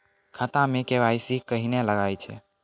खाता मे के.वाई.सी कहिने लगय छै?